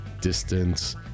distance